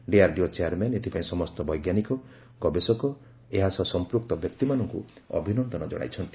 DRDO chairman ଏଥିପାଇଁ ସମସ୍ତ ବୈଜ୍ଞାନିକ ଗବେଷକ ଓ ଏହା ସହ ସଂପୃକ୍ତ ବ୍ୟକ୍ତିମାନଙ୍କୁ ଅଭିନନ୍ଦନ ଜଣାଇଛନ୍ତି